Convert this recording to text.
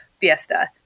fiesta